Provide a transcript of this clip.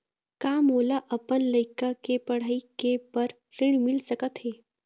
का मोला अपन लइका के पढ़ई के बर ऋण मिल सकत हे?